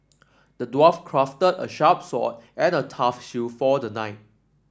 the dwarf crafted a sharp sword and a tough shield for the knight